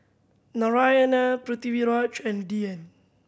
Narayana Pritiviraj and Dhyan